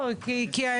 לא כי אם כבר הנושא עלה,